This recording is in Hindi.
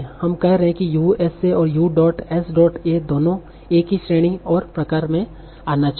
हम कह रहे हैं कि यूएसए और U dot S dot A दोनों को एक ही श्रेणी और प्रकार में जाना चाहिए